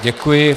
Děkuji.